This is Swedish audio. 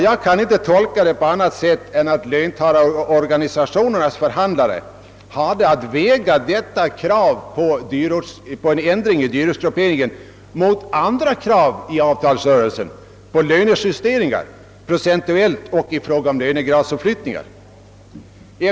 Jag kan inte tolka det på annat sätt än att löntagarorganisationernas förhandlare hade att väga förslag om ändring i dyrortsgrupperingen mot förslag om procentuella lönejusteringar och lönegradsuppflyttningar.